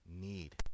need